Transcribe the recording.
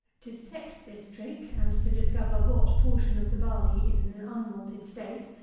to detect this trick, and to discover what portion of the barley is in an unmalted state,